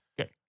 Okay